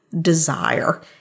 desire